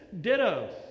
ditto